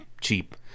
cheap